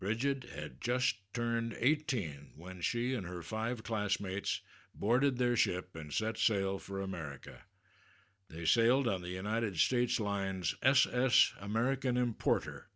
brigid had just turned eighteen when she and her five classmates boarded their ship and set sail for america they sailed on the united states lines s s american importer